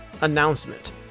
announcement